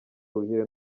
ruhire